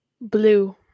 blue